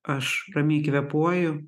aš ramiai kvėpuoju